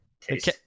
Taste